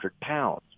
pounds